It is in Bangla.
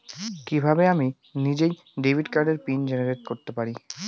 কিভাবে আমি নিজেই ডেবিট কার্ডের পিন জেনারেট করতে পারি?